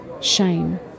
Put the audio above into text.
Shame